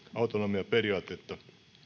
autonomiaperiaatetta